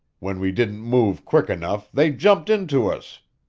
when we didn't move quick enough, they jumped into us.